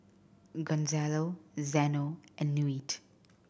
Gonzalo Zeno and Newt